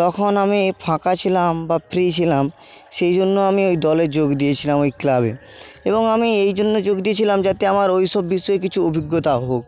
তখন আমি ফাঁকা ছিলাম বা ফ্রি ছিলাম সেই জন্য আমি ওই দলে যোগ দিয়েছিলাম ওই ক্লাবে এবং আমি এই জন্য যোগ দিয়েছিলাম যাতে আমার ওই সব বিষয়ে কিছু অভিজ্ঞতা হোক